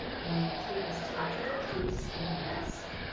i want to take this tatcha dewy skin mist,